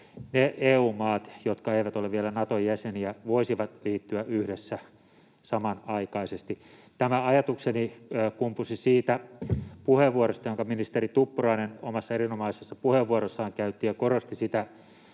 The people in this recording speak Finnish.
ne EU-maat, jotka eivät ole vielä Naton jäseniä, voisivat liittyä yhdessä samanaikaisesti. Tämä ajatukseni kumpusi siitä erinomaisesta puheenvuorosta, jonka ministeri Tuppurainen käytti ja jossa hän korosti sitä